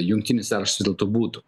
jungtinis sąrašas dėl to būtų